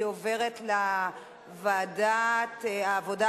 והיא עוברת לוועדת העבודה,